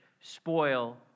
spoil